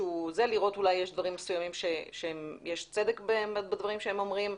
ולראות אולי יש דברים מסוימים שיש צדק בדברים שהם אומרים.